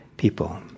People